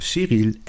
Cyril